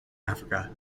africa